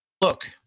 Look